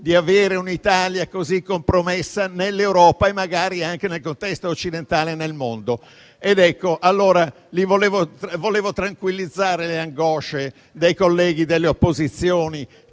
di avere un'Italia così compromessa nell'Europa e magari anche nel contesto occidentale e nel mondo. Vorrei invece tranquillizzare le angosce dei colleghi delle opposizioni,